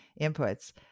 inputs